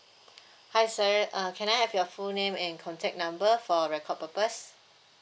hi sir err can I have your full name and contact number for record purpose